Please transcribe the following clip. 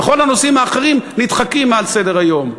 וכל הנושאים האחרים נדחקים מסדר-היום.